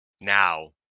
now